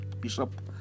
Bishop